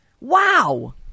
Wow